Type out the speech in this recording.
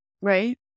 Right